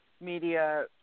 media